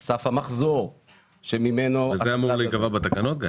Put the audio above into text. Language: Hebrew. סף המחזור שממנו --- זה אמור להיקבע בתקנות?